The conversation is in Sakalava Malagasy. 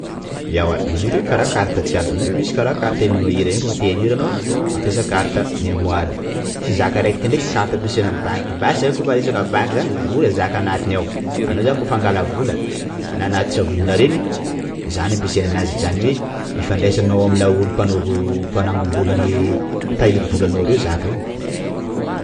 Ewa izy io ndreky kara carte jiaby izy io misy kara carte henoinao hira reny! _x000D_ Koa te hihaino hira anao mampiasa carte mémoire; ity zaka raiky ity ndreka carte ampiasana amin'ny banky, basy kôfa resaka banky zany vola zaka anatiny ao, anao zany kôfa angala vola, na hanatitra vola reny zany ampiasaina anazy izany hoe: hifandraisanao amin'ny laolo mpanao, mpanangom-bolan'ny mpitahiry volanao reo zaka io e!